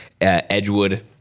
edgewood